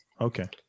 Okay